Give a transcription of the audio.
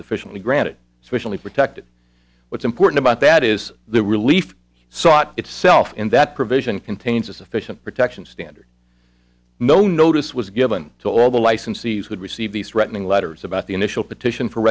sufficiently granted socially protected what's important about that is the relief sought itself in that provision contains a sufficient protection stand no notice was given to all the licensees would receive threatening letters about the initial petition for